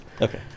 Okay